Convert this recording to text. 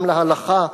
גם להלכה,